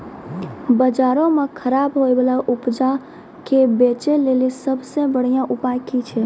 बजारो मे खराब होय बाला उपजा के बेचै लेली सभ से बढिया उपाय कि छै?